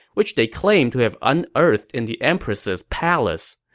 which they claimed to have unearthed in the empress's palace.